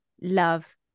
love